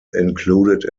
included